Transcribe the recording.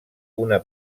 una